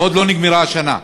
ועוד לא נגמרה השנה,